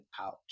out